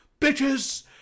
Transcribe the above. Bitches